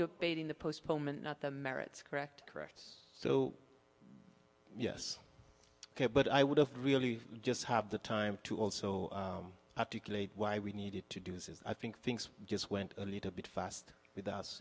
debating the postponement not the merits correct correct so yes ok but i would have really just have the time to also articulate why we needed to do i think things just went a little bit fast without